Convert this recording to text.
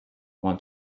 want